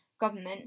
government